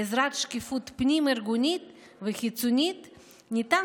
בעזרת שקיפות פנים-ארגונית וחיצונית ניתן